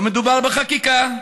לא מדובר בחקיקה,